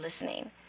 listening